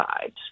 sides